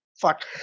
fuck